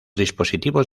dispositivos